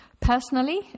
Personally